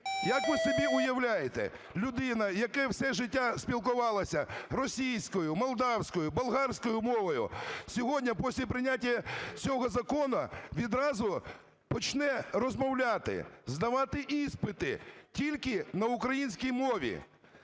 Як ви собі уявляєте, людина, яка все життя спілкувалася російською, молдавською, болгарською мовами, сьогодні після прийняття цього закону відразу почне розмовляти, здавати іспити тільки на українській мові?